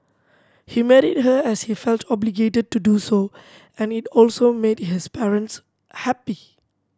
he married her as he felt obligated to do so and it also made his parents happy